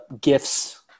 gifts